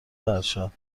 ارشد